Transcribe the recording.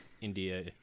india